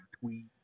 tweet